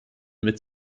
mit